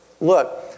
Look